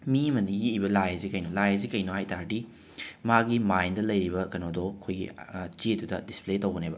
ꯃꯤ ꯑꯃꯅ ꯌꯦꯛꯏꯕ ꯂꯥꯏ ꯑꯁꯤ ꯀꯩꯅꯣ ꯂꯥꯏ ꯑꯁꯤ ꯀꯩꯅꯣ ꯍꯥꯏ ꯇꯥꯔꯗꯤ ꯃꯥꯒꯤ ꯃꯥꯏꯟꯗ ꯂꯩꯔꯤꯕ ꯀꯩꯅꯣꯗꯣ ꯑꯩꯈꯣꯏꯒꯤ ꯆꯦꯗꯨꯗ ꯗꯤꯁꯄ꯭ꯂꯦ ꯇꯧꯕꯅꯦꯕ